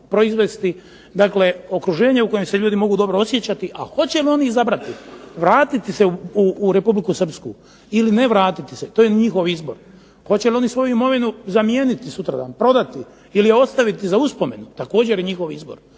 proizvesti okruženje u kojem se čovjek može dobro osjećati a hoće li oni izabrati vratiti se u Republiku Srpsku ili ne vratiti se to je njihov izbor. Hoće li oni svoju imovinu zamijeniti sutradan, prodati, ili ostaviti za uspomenu također je njihov izbor,